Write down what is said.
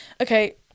Okay